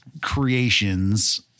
creations